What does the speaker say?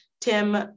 Tim